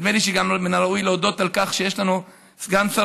נדמה לי שגם מן הראוי להודות על כך שיש לנו סגן שר